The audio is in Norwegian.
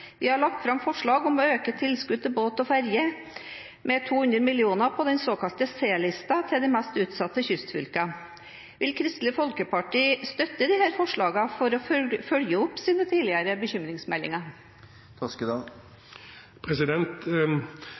Vi har lagt fram forslag om å øke tilskudd til båt og ferje med 200 mill. kroner på den såkalte C-lista til de mest utsatte kystfylkene. Vil Kristelig Folkeparti støtte disse forslagene for å følge opp sine tidligere bekymringsmeldinger?